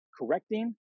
correcting